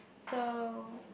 so